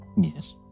yes